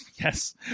Yes